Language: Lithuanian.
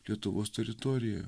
lietuvos teritorija